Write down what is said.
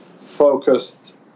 focused